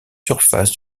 surface